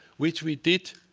which we did.